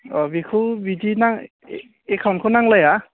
औ बेखौ बिदि एकाउन्टखौ नांलाया